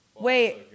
Wait